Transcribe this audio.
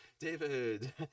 David